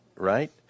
Right